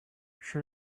she